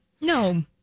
No